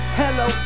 hello